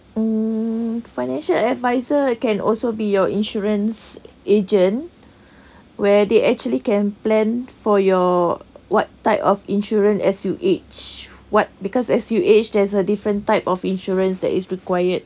um financial advisor can also be your insurance agent where they actually can plan for your what type of insurance as you aged ya because as you aged there's a different type of insurance that is required